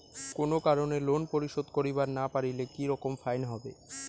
কোনো কারণে লোন পরিশোধ করিবার না পারিলে কি রকম ফাইন হবে?